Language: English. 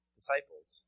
Disciples